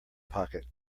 pocket